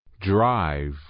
drive